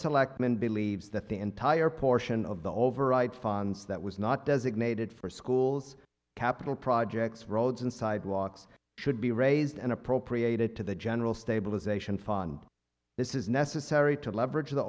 selectmen believes that the entire portion of the override funds that was not designated for schools capital projects roads and sidewalks should be raised and appropriated to the general stabilization fund this is necessary to leverage t